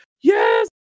yes